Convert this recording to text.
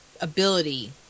ability